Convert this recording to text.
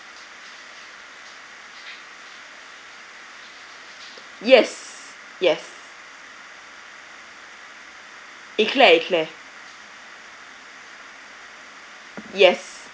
yes yes eclair eclair yes